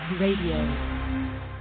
radio